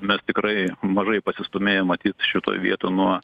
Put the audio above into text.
mes tikrai mažai pasistūmėjom matyt šitoj vietoj nuo